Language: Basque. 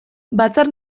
batzar